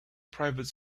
private